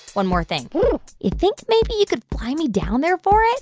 one more thing you think maybe you could fly me down there for it?